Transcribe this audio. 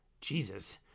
Jesus